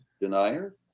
denier